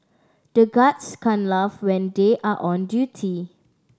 the guards can't laugh when they are on duty